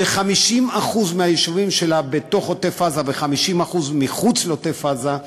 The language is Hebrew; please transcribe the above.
ש-50% מהיישובים שלה בתוך עוטף-עזה ו-50% מחוץ לעוטף-עזה,